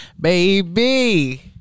Baby